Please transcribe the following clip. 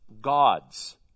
gods